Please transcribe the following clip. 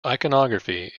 iconography